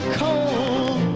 cold